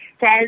says